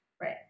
Right